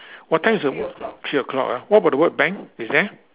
what time is the three o-clock ah what about the word bank is there